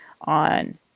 on